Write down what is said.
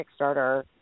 Kickstarter